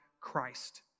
Christ